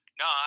no